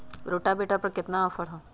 Rotavator पर केतना offer हव?